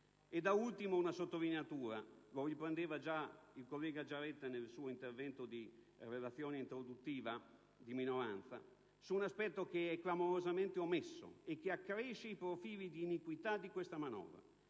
Da ultimo, una sottolineatura, che riprendeva già il collega Giaretta nel suo intervento per illustrare la relazione di minoranza, su un aspetto che è clamorosamente omesso e che accresce i profili di iniquità di questa manovra.